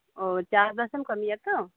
ᱳ ᱪᱟᱥᱵᱟᱥᱮᱢ ᱠᱟᱹᱢᱤᱭᱟᱛᱚ